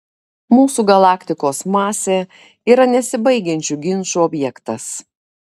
mūsų galaktikos masė yra nesibaigiančių ginčų objektas